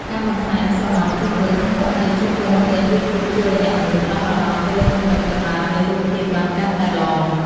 ការបន្ថែម ស្រមោលជុំវិញ នៅជុំវិញគែមរូបភាពជួយឱ្យអ្នកមើលផ្ដោតអារម្មណ៍ទៅលើចំណុចកណ្ដាលនៃរូបភាពបានកាន់តែល្អ។